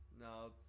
No